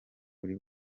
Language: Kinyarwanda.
buri